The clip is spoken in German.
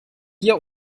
hier